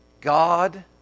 God